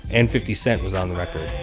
and fifty cent was on the record